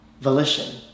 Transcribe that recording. volition